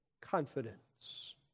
confidence